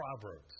Proverbs